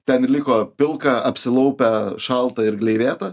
ten liko pilka apsilaupę šalta ir gleivėta